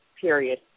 period